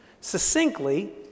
Succinctly